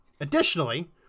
Additionally